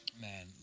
Man